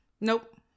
Nope